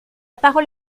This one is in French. parole